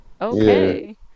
okay